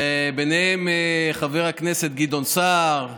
וביניהם חבר הכנסת גדעון סער,